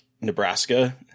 Nebraska